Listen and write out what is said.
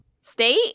State